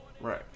Right